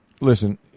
listen